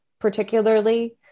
particularly